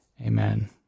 Amen